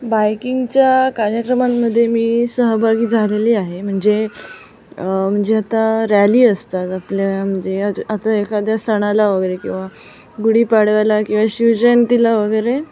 बायकिंगच्या कार्यक्रमांमध्ये मी सहभागी झालेले आहे म्हणजे म्हणजे आता रॅली असतात आपल्या म्हणजे आता एखाद्या सणाला वगैरे किंवा गुढीपाडव्याला किंवा शिवजयंतीला वगैरे